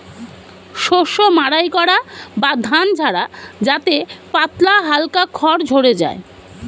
শস্য মাড়াই করা বা ধান ঝাড়া যাতে পাতলা হালকা খড় ঝড়ে যায়